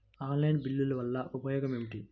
Online బిల్లుల వల్ల ఉపయోగమేమిటీ?